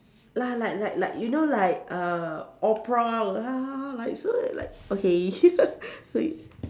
la~ like like like you know like err opera like so like okay so